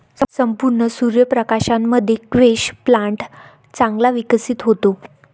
संपूर्ण सूर्य प्रकाशामध्ये स्क्वॅश प्लांट चांगला विकसित होतो